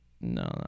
No